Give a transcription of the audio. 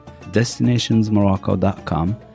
destinationsmorocco.com